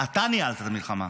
אתה ניהלת את המלחמה.